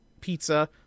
pizza